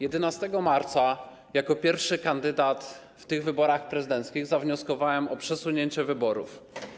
11 marca jako pierwszy kandydat w tych wyborach prezydenckich zawnioskowałem o przesunięcie terminu wyborów.